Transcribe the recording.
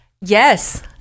yes